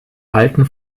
alten